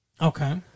Okay